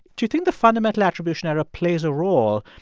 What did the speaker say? do you think the fundamental attribution error plays a role,